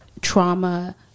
trauma